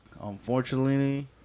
Unfortunately